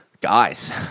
guys